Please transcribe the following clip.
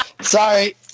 Sorry